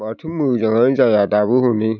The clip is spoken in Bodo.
माथो मोजाङानो जाया दाबो हनै